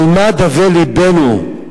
על מה דווה לבנו?